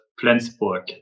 Flensburg